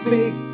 Big